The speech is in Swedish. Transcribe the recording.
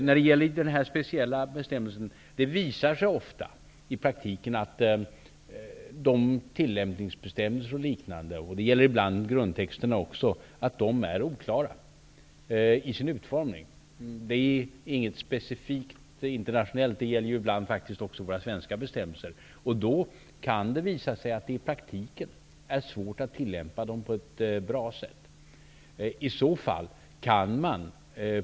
När det gäller den här nämnda speciella bestämmelsen vill jag säga att det i praktiken ofta visar sig att tillämpningsbestämmelser o.d. -- ibland gäller det också grundtexterna -- är oklara i sin utformning. Det är inget specifikt internationellt, utan ibland gäller det faktiskt också svenska bestämmelser. Det kan visa sig att det i praktiken är svårt att tillämpa bestämmelserna på ett bra sätt.